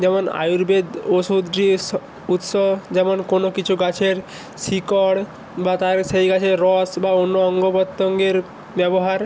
যেমন আয়ুর্বেদ ওষুধটির স উৎস যেমন কোনো কিছু গাছের শিকড় বা তার সেই গাছের রস বা অন্য অঙ্গ প্রত্যঙ্গের ব্যবহার